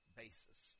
basis